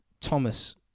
Thomas